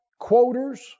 quoters